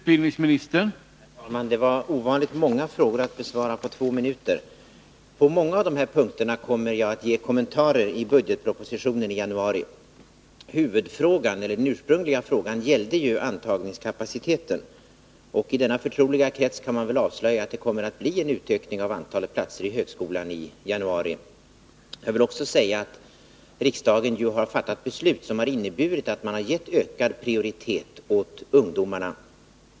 Herr talman! Det var ovanligt många frågor att besvara på två minuter. Många av dessa punkter kommer jag att kommentera i budgetpropositionen i januari. Huvudfrågan, den ursprungliga frågan, gällde antagningskapaciteten, och i denna förtroliga krets kan jag väl avslöja att det kommer att bli en ökning av antalet platser i högskolan i januari. Jag vill också säga att riksdagen har fattat beslut som innebär att man gett ungdomarna ökad prioritet.